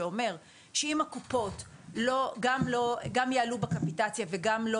שאומר שאם הקופות גם יעלו בקפיטציה וגם לא